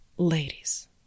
Ladies